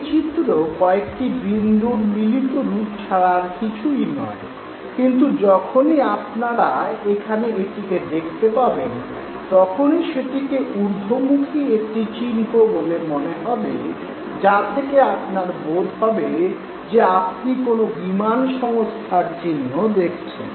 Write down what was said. এই চিত্র কয়েকটি বিন্দুর মিলিত রূপ ছাড়া আর কিছুই নয় কিন্তু যখনি আপনারা এখানে এটিকে দেখতে পাবেন তখন সেটিকে উর্ধমুখী একটি চিহ্ন বলে মনে হবে যা থেকে আপনার বোধ হবে যে আপনি কোনো বিমান সংস্থার চিহ্ন দেখছেন